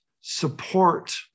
support